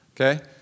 okay